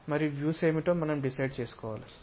మరియు వ్యూస్ ఏమిటో మనం డిసైడ్ చేసుకోవాలి